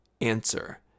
answer